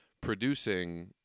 producing